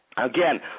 Again